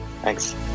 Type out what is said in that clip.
Thanks